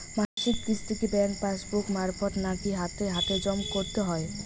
মাসিক কিস্তি কি ব্যাংক পাসবুক মারফত নাকি হাতে হাতেজম করতে হয়?